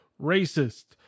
racist